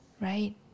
right